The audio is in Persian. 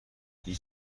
هیچ